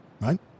right